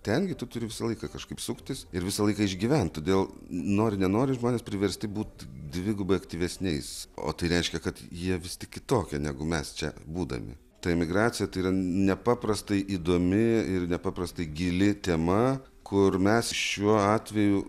ten gi tu turi visą laiką kažkaip suktis ir visą laiką išgyvent todėl nori nenori žmonės priversti būt dvigubai aktyvesniais o tai reiškia kad jie vis tik kitokie negu mes čia būdami ta emigracija tai yra nepaprastai įdomi ir nepaprastai gili tema kur mes šiuo atveju